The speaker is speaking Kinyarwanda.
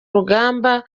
rugamba